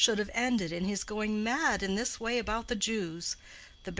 should have ended in his going mad in this way about the jews,